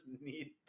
need